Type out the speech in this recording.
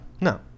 No